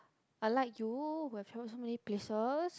unlike you who have chose so many places